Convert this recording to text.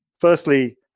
firstly